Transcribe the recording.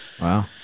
wow